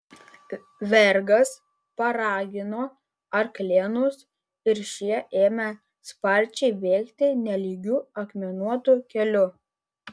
vergas paragino arklėnus ir šie ėmė sparčiai bėgti nelygiu akmenuotu keliu